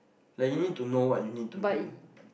like you need to know what you need to do